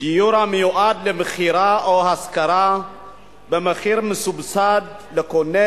דיור המיועד למכירה או השכרה במחיר מסובסד לקונה